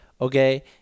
Okay